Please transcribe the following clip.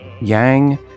Yang